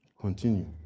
Continue